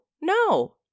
no